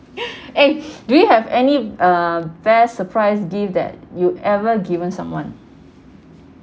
eh do you have any uh best surprise gift that you ever given someone